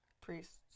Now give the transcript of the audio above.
Priests